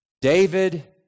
David